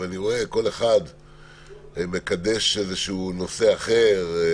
ואני רואה שכל אחד מקדש נושא אחר.